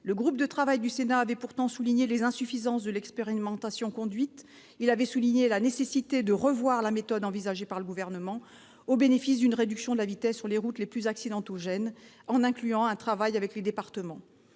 Le groupe de travail du Sénat avait pourtant relevé les insuffisances de l'expérimentation conduite. Il avait souligné la nécessité de revoir la méthode envisagée par le Gouvernement, au bénéfice d'une réduction de la vitesse sur les routes les plus accidentogènes, en incluant un travail avec les départements.